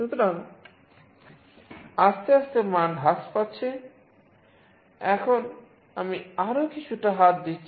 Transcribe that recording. সুতরাং আস্তে আস্তে মান হ্রাস পাচ্ছে এখন আমি আরও কিছুটা হাত দিচ্ছি